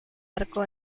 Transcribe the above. arco